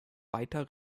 weiter